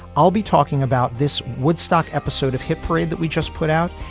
i'll be talking about this woodstock episode of hit parade that we just put out.